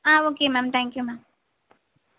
ah okay ma'am thank you ma'am